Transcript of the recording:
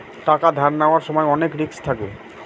টাকা ধার নেওয়ার সময় অনেক রিস্ক থাকে